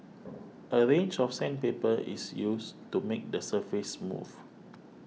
a range of sandpaper is used to make the surface smooth